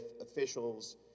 officials